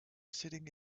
sitting